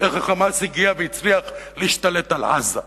איך ה"חמאס" הגיע והצליח להשתלט על עזה?